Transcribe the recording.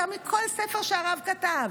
יותר מכל ספר שהרב כתב,